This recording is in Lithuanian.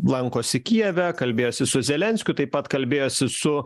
lankosi kijeve kalbėjosi su zelenskiu taip pat kalbėjosi su